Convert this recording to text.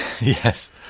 yes